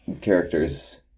characters